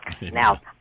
Now